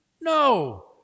No